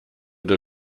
der